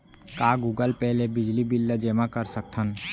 का Google Pay ले बिजली बिल ल जेमा कर सकथन?